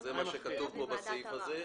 זה מה שכתוב כאן בסעיף הזה.